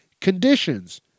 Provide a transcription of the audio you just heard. conditions